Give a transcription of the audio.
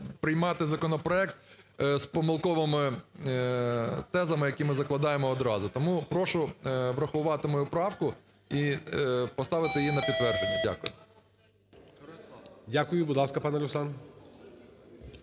приймати законопроект з помилковими тезами, які ми закладаємо одразу. Тому прошу врахувати мою правку і поставити її на підтвердження. Дякую. ГОЛОВУЮЧИЙ. Дякую. Будь ласка, пане Руслан.